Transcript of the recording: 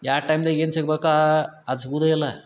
ಯಾವ ಟೈಮ್ದಾಗ ಏನು ಸಿಗ್ಬೇಕೋ ಅದು ಸಿಗುವುದೇ ಇಲ್ಲ